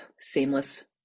seamless